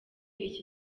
iki